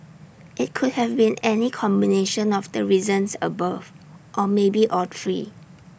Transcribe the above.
IT could have been any combination of the reasons above or maybe all three